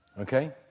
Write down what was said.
Okay